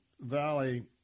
Valley